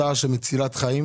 מצילת חיים